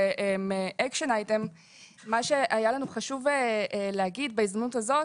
אקשן אייטם מה שהיה לנו חשוב להגיד בהזדמנות הזאת